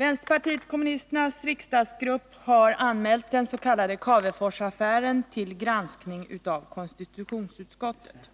Herr talman! Vpk:s riksdagsgrupp har anmält den s.k. Caveforsaffären till granskning av konstitutionsutskottet.